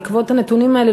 בעקבות הנתונים האלה,